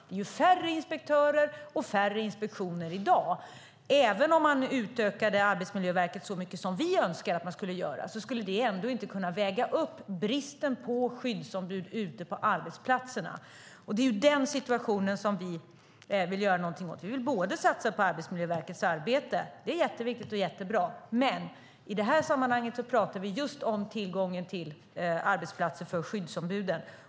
Det är ju färre inspektörer och färre inspektioner i dag. Även om man utökade Arbetsmiljöverket så mycket som vi önskar att man skulle göra, skulle det inte kunna väga upp bristen på skyddsombud ute på arbetsplatserna. Det är den situationen som vi vill göra något åt. Vi vill satsa på Arbetsmiljöverkets arbete, som är jätteviktigt och jättebra. Men i det här sammanhanget pratar vi just om tillgången till arbetsplatser för skyddsombuden.